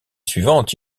suivante